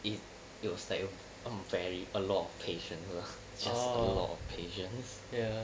it it was like um very a lot of patience uh just a lot of patience